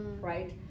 right